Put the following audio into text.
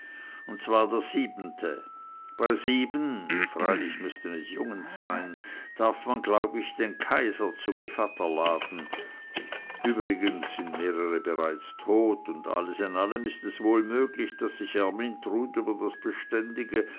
und zwar das siebente bei sieben freilich müssen es jungens sein darf man glaub ich den kaiser zu gevatter laden übrigens sind mehrere bereits tot und alles in allem ist es wohl möglich daß sich ermyntrud über das beständige